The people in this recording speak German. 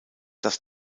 das